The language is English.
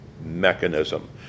mechanism